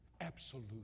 absolute